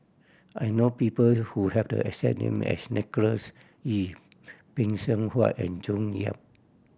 I know people who have the exact name as Nicholas Ee Phay Seng Whatt and June Yap